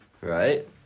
Right